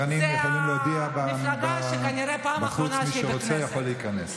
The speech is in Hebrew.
זו מפלגה שכנראה פעם אחרונה שהיא בכנסת.